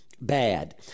bad